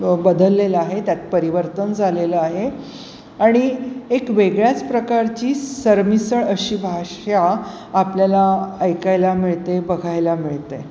ब बदललेला आहे त्यात परिवर्तन झालेलं आहे आणि एक वेगळ्याच प्रकारची सरमिसळ अशी भाषा आपल्याला ऐकायला मिळते बघायला मिळते